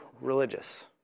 religious